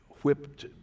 whipped